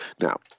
now